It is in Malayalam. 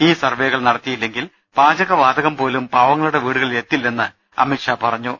ഈ സർവ്വേകൾ നട ത്തിയില്ലെങ്കിൽ പാചകവാതകംപോലും പാവങ്ങളുടെ വീടു കളിൽ എത്തില്ലെന്ന് അമിത് ഷാ പറഞ്ഞു